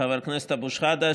חבר הכנסת אבו שחאדה,